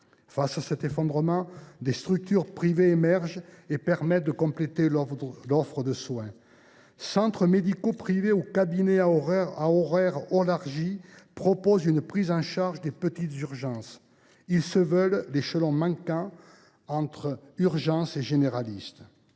Face à cet effondrement, des structures privées émergent et permettent de compléter l’offre de soins. Centres médicaux privés ou cabinets à horaires élargis proposent une prise en charge des petites urgences. Ils se veulent l’échelon manquant entre urgences et généralistes.